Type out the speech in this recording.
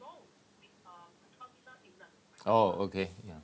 oh okay ya